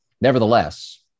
Nevertheless